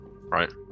right